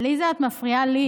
עליזה, את מפריעה לי.